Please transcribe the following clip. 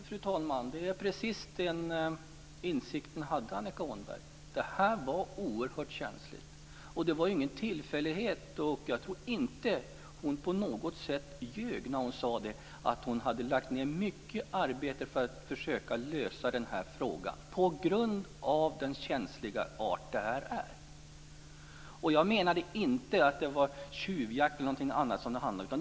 Fru talman! Jo, precis den insikten hade Annika Åhnberg. Det här var oerhört känsligt. Det var ju ingen tillfällighet, och jag tror inte att hon på något sätt ljög när hon sade det, att hon hade lagt ned mycket arbete på att försöka lösa den här frågan på grund av den känsliga art den hade. Jag menade inte att det var tjuvjakt eller något annat det handlade om.